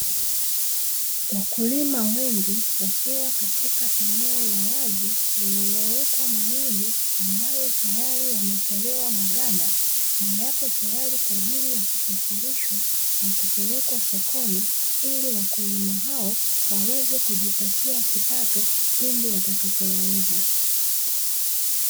Wakulima wengi wakiwa katika eneo la wazi lililowekwa mahindi ambayo tayari yametolewa maganda na yapo tayari kwa ajili ya kusafirishwa na kupelekwa sokoni ili wakulima hao waweze kujipatia kipato pindi watakapoyauza.